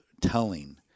telling